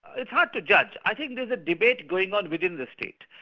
it's hard to judge. i think there's a debate going on within the state.